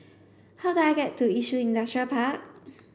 how do I get to Yishun Industrial Park